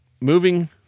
Moving